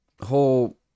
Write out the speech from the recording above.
whole